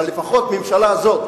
אבל לפחות הממשלה הזאת,